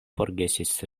forgesis